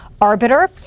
arbiter